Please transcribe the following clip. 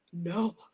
No